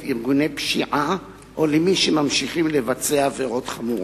ארגוני פשיעה או למי שממשיכים לבצע עבירות חמורות.